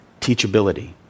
teachability